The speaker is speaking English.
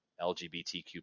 lgbtq